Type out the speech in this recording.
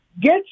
Get